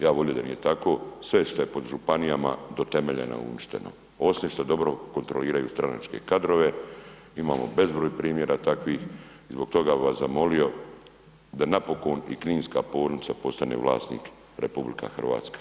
Ja bih volio da nije tako, sve što je pod županijama do temelja je uništeno, osim što dobro kontroliraju stranačke kadrove imamo bezbroj primjera takvih i zbog toga bih vas zamolio da napokon i kninska bolnica postane vlasnik RH.